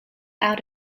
out